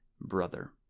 brother